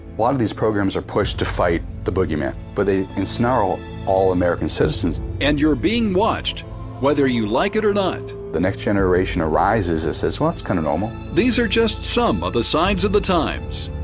lot of these programs are pushed to fight the bogie man, but they ensnarl all american citizens. and your being watched whether you like it or not. the next generation arises. it says, well, that's kind of normal. these are just some of the signs of the times.